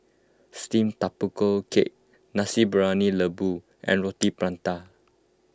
Steamed Tapioca Cake Nasi Briyani Lembu and Roti Prata